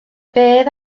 bedd